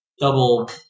double